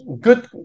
good